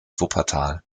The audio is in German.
wuppertal